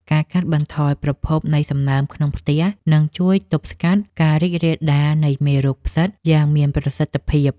ការកាត់បន្ថយប្រភពនៃសំណើមក្នុងផ្ទះនឹងជួយទប់ស្កាត់ការរីករាលដាលនៃមេរោគផ្សិតយ៉ាងមានប្រសិទ្ធភាព។